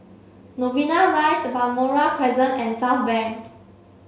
Novena Rise Balmoral Crescent and Southbank